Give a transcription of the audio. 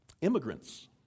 Immigrants